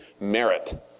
merit